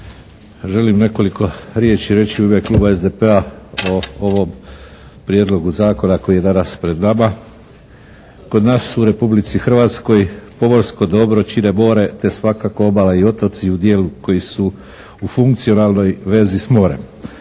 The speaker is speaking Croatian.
Želim nekoliko riječi reći u ime kluba SDP-a o ovom prijedlogu zakona koji je danas pred nama. Kod nas u Republici Hrvatskoj pomorsko dobro čine more, te svakako obala i otoci u dijelu koji su u funkcionalnoj vezi s morem.